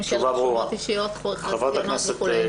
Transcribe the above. של רשומות אישיות ואחר כך תקנות וכולי,